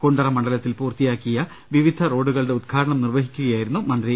കുണ്ടറ മണ്ഡലത്തിൽ പൂർത്തിയാക്കിയ വിവിധ റോഡുകളുടെ ഉദ്ഘാടനം നിർവഹിക്കുകയായിരുന്നു മന്ത്രി